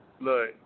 Look